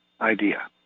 idea